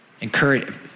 encourage